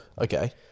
Okay